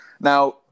Now